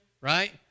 right